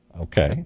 Okay